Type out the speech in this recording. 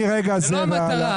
זאת לא המטרה.